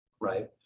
right